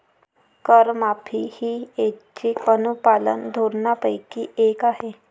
करमाफी ही ऐच्छिक अनुपालन धोरणांपैकी एक आहे